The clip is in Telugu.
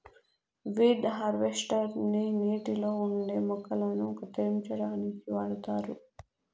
వీద్ హార్వేస్టర్ ని నీటిలో ఉండే మొక్కలను కత్తిరించడానికి వాడుతారు